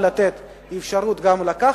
אפשרות גם לקחת,